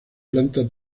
planta